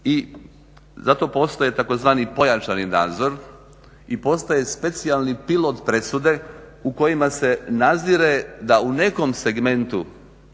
i zato postoji tzv. pojačani nadzor i postoji specijalni pilot presude u kojima se nazire da u nekom segmentu